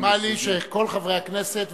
נשמע לי שכל חברי הכנסת,